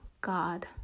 god